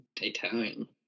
Italian